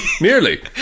Nearly